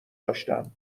داشتم